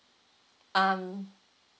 um